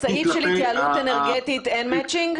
סעיף של התייעלות אנרגטית אין מצ'ינג?